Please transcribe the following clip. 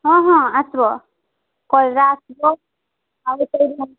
ହଁ ହଁ ଆସିବ କଲରା ଆସିବ ଆହୁରି